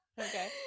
Okay